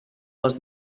les